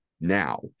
now